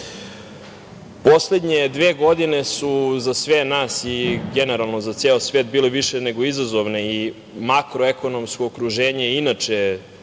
Kambodže. Poslednje dve godine su za sve nas i generalno za ceo svet bile više nego izazovne i makroekonomsko okruženje inače